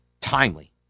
timely